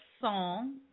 song